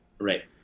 Right